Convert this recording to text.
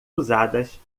usadas